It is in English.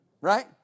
Right